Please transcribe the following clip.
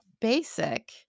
basic